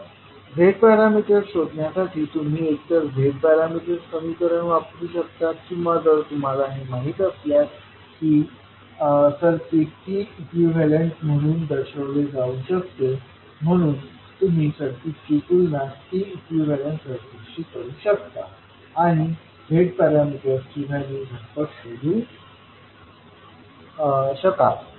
तर Z parameters शोधण्यासाठी तुम्ही एकतर Z पॅरामीटर समीकरणे वापरू शकता किंवा जर तुम्हाला हे माहिती असल्यास की सर्किट T इक्विवेलेंट म्हणून दर्शविले जाऊ शकते म्हणून तुम्ही सर्किटची तुलना T इक्विवेलेंट सर्किटशी करू शकता आणि Z पॅरामीटर्सची व्हॅल्यू झटपट शोधू शकाल